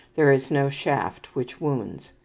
there is no shaft which wounds.